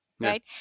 right